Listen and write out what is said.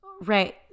right